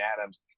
Adams